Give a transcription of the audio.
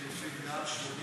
גם לחלופין, 80